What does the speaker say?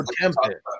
temperature